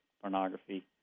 pornography